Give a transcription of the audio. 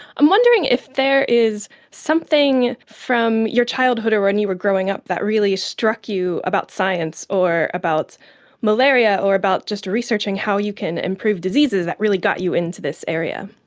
i'm wondering if there is something from your childhood or when and you were growing up that really struck you about science or about malaria or about just researching how you can improve diseases that really got you into this area?